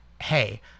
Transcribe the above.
Hey